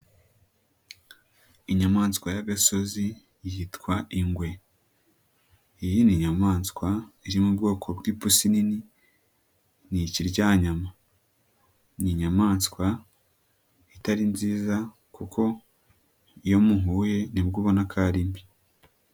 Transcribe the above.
Inyamaswa y'agasozi yitwa ingwe. Iyi ni inyayamaswa iri mu bwoko bw'ipusi nini, ni ikiryanyama. Ni inyamaswa itari nziza kuko iyo muhuye ni bwo ubona ko ari mbi.